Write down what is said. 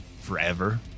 forever